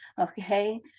Okay